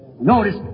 Notice